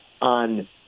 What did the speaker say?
on